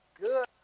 good